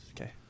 Okay